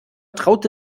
traute